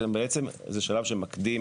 וזה שלב שמקדים